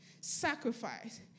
sacrifice